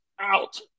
out